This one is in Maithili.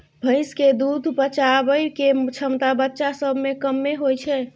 भैंस के दूध पचाबइ के क्षमता बच्चा सब में कम्मे होइ छइ